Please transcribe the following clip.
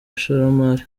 ishoramari